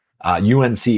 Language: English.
UNC